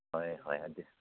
ꯍꯣꯏ ꯍꯣꯏ ꯑꯗꯨ